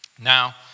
Now